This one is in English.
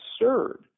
absurd